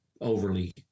overly